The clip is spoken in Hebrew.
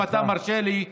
אם אתה מרשה לי,